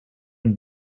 and